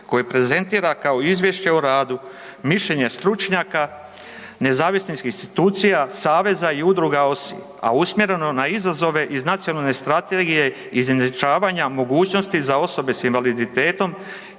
koje prezentira kao izvješće o radu. Mišljenje stručnjaka nezavisnih institucija, saveza i udruga OSI, a usmjereno na izazove iz nacionalne strategije izjednačavanja mogućnosti za osobe s invaliditetom